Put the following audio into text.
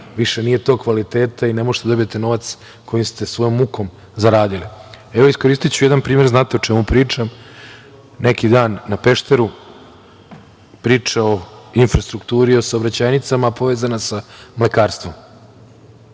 više nije tog kvaliteta i ne možete da dobijete novac koji ste svojom mukom zaradili. Evo, iskoristiću jedan primer, znate o čemu pričam. Neki dan na Pešteru, priča o infrastrukturi i o saobraćajnicama, a povezana sa mlekarstvom.